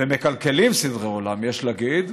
ומקלקלים סדרי עולם, יש להגיד,